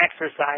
exercise